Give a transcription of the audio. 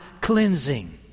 cleansing